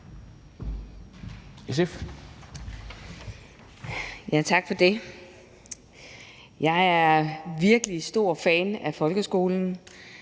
Tak for det. Jeg er virkelig stor fan af folkeskolen.